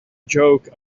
joke